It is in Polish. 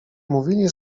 mówili